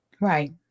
Right